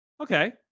okay